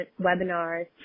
webinars